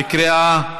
בקריאה,